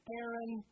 Aaron